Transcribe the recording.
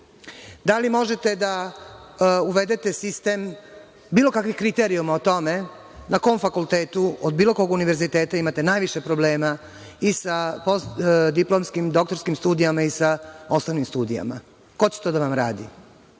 Da li možete da uvedete sistem bilo kakvih kriterijuma o tome, na kom fakultetu, od bilo kog univerziteta imate najviše problema i sa postdiplomskim doktorskim studijama i sa osnovnim studijama? Ko će to da vam radi?